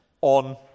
on